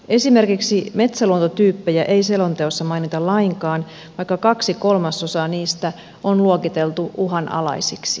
esimerkiksi metsäluontotyyppejä ei selonteossa mainita lainkaan vaikka kaksi kolmasosaa niistä on luokiteltu uhanalaisiksi